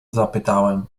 zapytałem